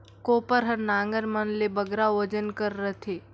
कोपर हर नांगर मन ले बगरा ओजन कर रहथे